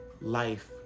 life